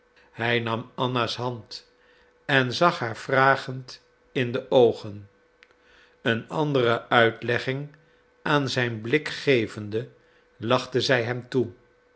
hij nam anna's hand en zag haar vragend in de oogen een andere uitlegging aan zijn blik gevende lachte zij hem toe